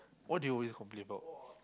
what do you always complain about